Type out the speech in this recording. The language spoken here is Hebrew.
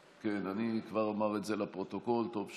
(הוראת שעה) (הגבלת פעילות והוראות נוספות) (תיקון מס' 32),